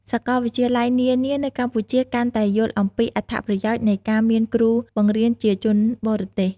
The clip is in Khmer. សាកលវិទ្យាល័យនានានៅកម្ពុជាកាន់តែយល់អំពីអត្ថប្រយោជន៍នៃការមានគ្រូបង្រៀនជាជនបរទេស។